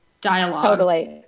dialogue